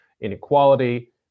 inequality